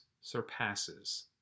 surpasses